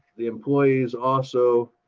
the employees also